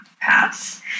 pass